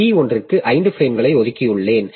P1ற்கு 5 பிரேம்களைச் ஒதுக்கியுள்ளேன்